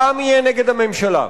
העם יהיה נגד הממשלה.